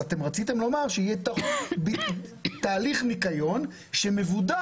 אתם רציתם לומר שיהיה תהליך ניקיון מאושר